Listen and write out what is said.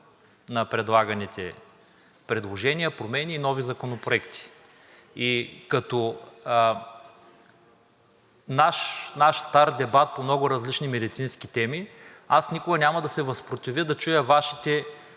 на предлаганите предложения, промени и нови законопроекти. И като наш стар дебат по много различни медицински теми аз никога няма да се възпротивя да чуя Вашите